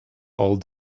all